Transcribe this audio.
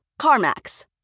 CarMax